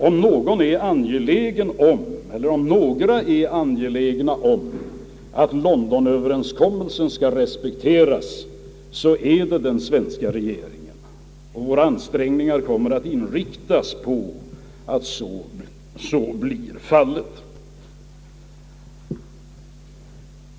Om några har intresse av att Londonöverenskommelsen skall respekteras så är det den svenska regeringen, och våra ansträngningar kommer att inriktas på att så blir fallet.